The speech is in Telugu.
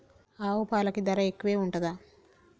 ఆవు పాలకి ధర ఎక్కువే ఉంటదా?